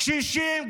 קשישים,